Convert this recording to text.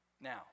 Now